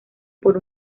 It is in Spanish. por